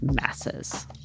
masses